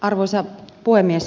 arvoisa puhemies